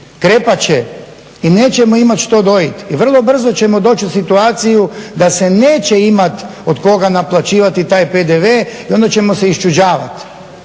Krepat će. I nećemo imati dojiti. I vrlo brzo ćemo doći u situaciju da se neće imat od koga naplaćivati taj PDV i onda ćemo se isčuđavat.